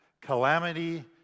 Calamity